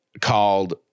called